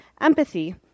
empathy